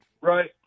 right